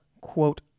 quote